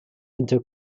into